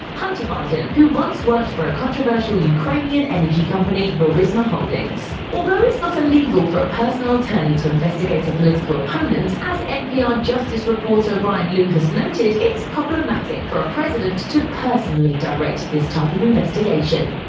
hunter biden, who once worked for a controversial ukrainian energy company, burisma holdings. although it's not illegal for a personal attorney to investigate a political opponent, as npr justice reporter ryan lucas noted, it's problematic for a president to personally direct this type of investigation.